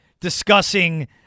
discussing